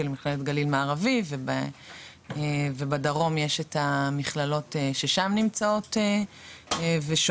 למכללת גליל מערבי ובדרום יש את המכללות ששם נמצאות ושואבות